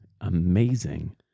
amazing